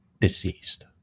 deceased